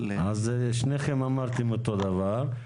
אז שניכם אמרתם אותו דבר.